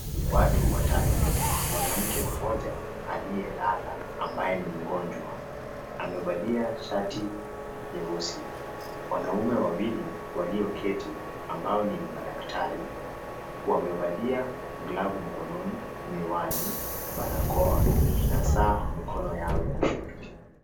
Watu watatu. Mwanamke mmoja ambaye amelala amevalia shati nyeusi. Wanaume wawili walioketi ambao ni madaktari wamevalia glovu mkononi, miwani , barakoa na saa mikono yao ya kushoto.